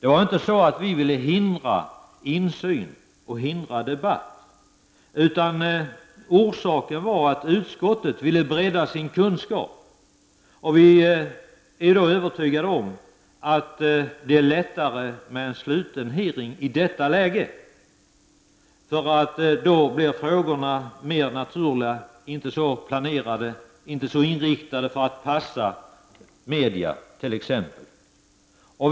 Vi ville inte hindra insyn och debatt, utan orsaken var att utskottet ville bredda sin kunskap, och då var vi övertygade om att det var lättare med en sluten utfrågning, eftersom frågorna då blev mer naturliga och inte så inriktade på att passa medierna.